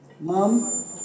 Mom